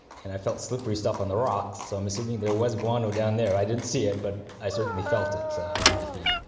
and i felt slippery stuff on the rocks, so i'm assuming there was guano down there. i didn't see it but i certainly felt it so under my feet.